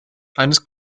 eines